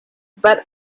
but